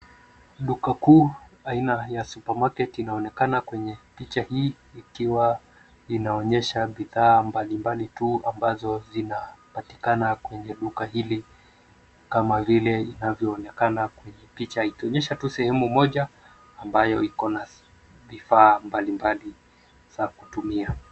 Duka kuu aina ya supermarket inaonekana kwenye picha hii ikiwa inaonyesha bidhaa mbalimbali tu ambazo zinapatikana kwenye duka hili kama vile inavyoonekana kwenye picha ikionyesha tu sehemu moja ambayo iko na vifaa mbalimbali za kutumia.